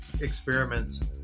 Experiments